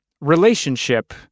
relationship